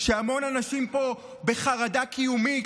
שהמון אנשים פה בחרדה קיומית,